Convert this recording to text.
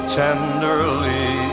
tenderly